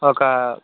ఒక